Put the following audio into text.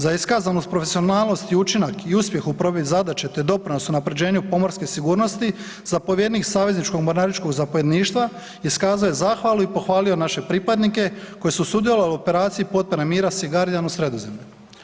Za iskazanu profesionalnosti i učinak i uspjeh u provedbi zadaće te doprinos unaprjeđenju pomorske sigurnosti, zapovjednik savezničkog mornaričkog zapovjedništva iskazao je zahvalu i pohvalio naše pripadnike koji su sudjelovali u operaciji potpore mira „Sea guardian“ u Sredozemlju.